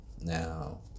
now